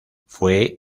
fue